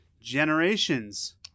Generations